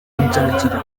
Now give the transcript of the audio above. rubyagira